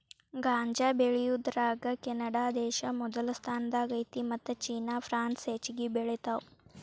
ಗಾಂಜಾ ಬೆಳಿಯುದರಾಗ ಕೆನಡಾದೇಶಾ ಮೊದಲ ಸ್ಥಾನದಾಗ ಐತಿ ಮತ್ತ ಚೇನಾ ಪ್ರಾನ್ಸ್ ಹೆಚಗಿ ಬೆಳಿತಾವ